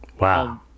Wow